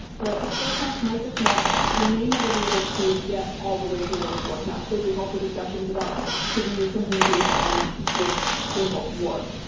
but source maps might just not we may never be able to get all the way there with source maps. so, there is also discussions about should we use something based on this thing called dwarf.